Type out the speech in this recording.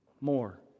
more